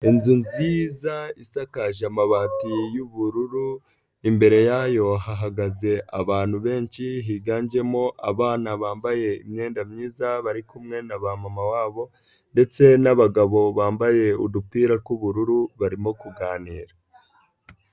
Inzu nziza isakaje amabati y'ubururu imbere yayo hahagaze abantu benshi higanjemo abana bambaye imyenda myiza barikumwe na ba mama babo ndetse n'abagabo bambaye udupira tw'ubururu barimo kuganira.